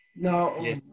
No